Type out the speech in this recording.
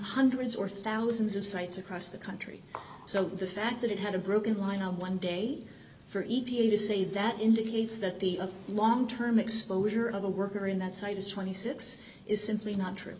hundreds or thousands of sites across the country so the fact that it had a broken line on one date for e p a to say that indicates that the long term exposure of a worker in that site is twenty six is simply not true